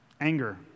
anger